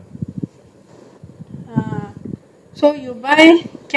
so you buy chamomile like you see ah keep coughing at the mic